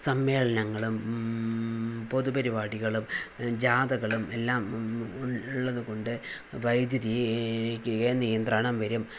സമ്മേളനങ്ങളും പൊതുപരിപാടികളും ജാഥകളും എല്ലാം ഉള്ളതു കൊണ്ട് വൈദ്യുതിക്ക് നിയന്ത്രണം വരും